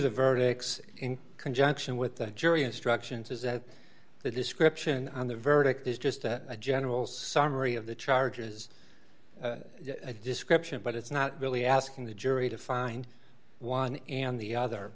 the verdicts in conjunction with the jury instructions is that the description on the verdict is just a general summary of the charges a description but it's not really asking the jury to find one and the other